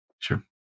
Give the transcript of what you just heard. Sure